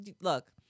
look